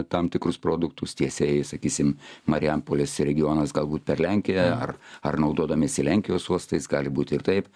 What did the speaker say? tam tikrus produktus tiesiai sakysim marijampolės regionas galbūt per lenkiją ar ar naudodamiesi lenkijos uostais gali būt ir taip